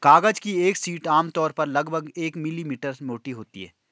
कागज की एक शीट आमतौर पर लगभग एक मिलीमीटर मोटी होती है